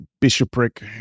bishopric